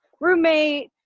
roommate